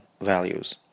values